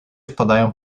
wpadają